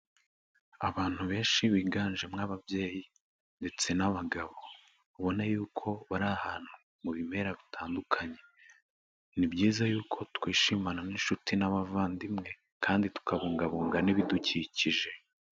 Abantu benshi biganjemo ababyeyi ndetse n'abagabo, ubona yuko bari ahantu mu bimera bitandukanye, ni byiza yuko twishimana n'inshuti n'abavandimwe kandi tukabungabunga n'ibidukikije.